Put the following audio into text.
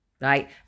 right